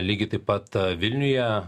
lygiai taip pat vilniuje